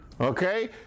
Okay